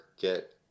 get